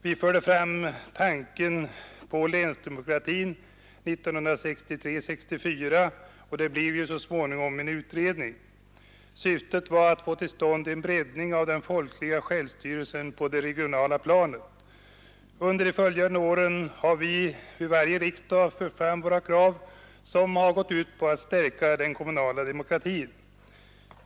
Vi förde fram tanken på länsdemokrati 1963 och 1964, och det blev ju så småningom en utredning. Syftet var att få till stånd en breddning av den folkliga självstyrelsen på det regionala planet. Under de följande åren har vi vid varje riksdag fört fram våra krav, som har gått ut på att stärka den kommunala demokratin.